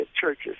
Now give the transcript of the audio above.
churches